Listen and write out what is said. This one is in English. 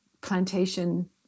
plantation